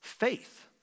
Faith